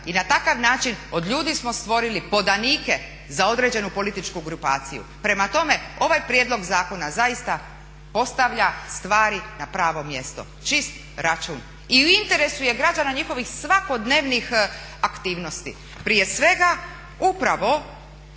I na takav način od ljudi smo stvorili podanike za određenu političku grupaciju. Prema tome, ovaj prijedlog zakona zaista postavlja stvari na pravo mjesto čist račun. I u interesu je građana njihovih svakodnevnih aktivnosti, prije svega upravo